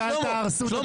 רק אל תהרסו את הדמוקרטיה.